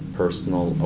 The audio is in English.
personal